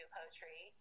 poetry